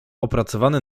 opracowany